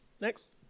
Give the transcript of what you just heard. Next